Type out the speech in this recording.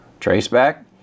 Traceback